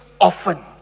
often